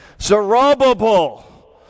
Zerubbabel